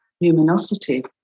luminosity